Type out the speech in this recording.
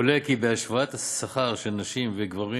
עולה כי בהשוואת השכר של נשים וגברים